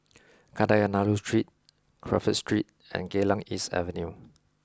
Kadayanallur Street Crawford Street and Geylang East Avenue